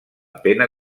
pena